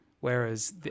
whereas